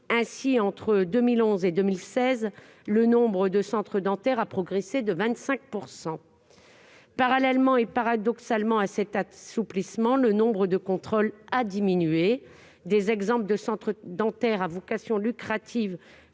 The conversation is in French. Ainsi, entre 2011 et 2016, le nombre de centres dentaires a progressé de 25 %. Parallèlement à cet assouplissement, et paradoxalement, le nombre de contrôles a diminué. Des centres dentaires à vocation lucrative